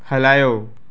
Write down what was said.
हलायो